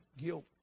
guilt